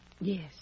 Yes